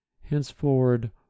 Henceforward